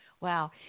Wow